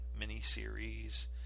miniseries